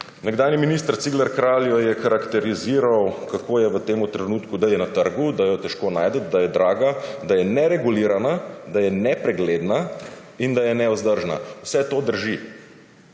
Nekdanji minister Cigler Kralj jo je okarakteriziral, kako je v tem trenutku, da je na trgu, da jo je težko najti, da je draga, da je neregulirana, da je nepregledna in da je nevzdržna. Vse to drži.